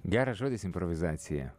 geras žodis improvizacija